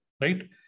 right